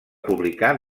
publicar